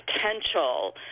potential